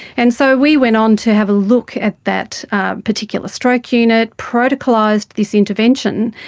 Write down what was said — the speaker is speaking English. and so we went on to have a look at that particular stroke unit, protocolised this intervention,